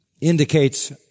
indicates